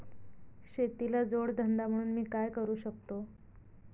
शेतीला जोड धंदा म्हणून मी काय करु शकतो?